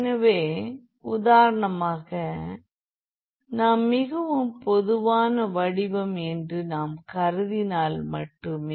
எனவே உதாரணமாக அது மிகவும் பொதுவான வடிவம் என்று நாம் கருதினால் மட்டுமே